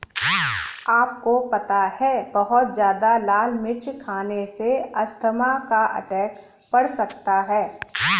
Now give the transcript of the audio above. आपको पता है बहुत ज्यादा लाल मिर्च खाने से अस्थमा का अटैक पड़ सकता है?